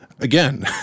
again